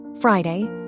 Friday